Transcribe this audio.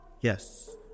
Yes